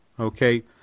Okay